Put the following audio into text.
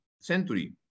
century